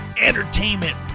entertainment